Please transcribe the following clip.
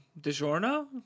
DiGiorno